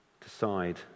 Decide